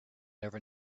never